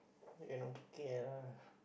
and okay lah